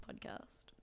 podcast